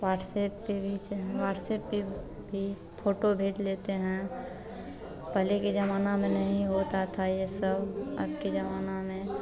WhatsApp पर भी WhatsApp पर भी फ़ोटो भेज लेते हैं पहले के ज़माना में नहीं होता था यह सब अबके ज़माना में